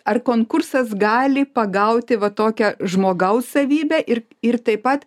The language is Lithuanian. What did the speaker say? ar konkursas gali pagauti va tokią žmogaus savybę ir ir taip pat